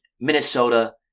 Minnesota